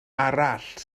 arall